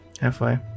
Halfway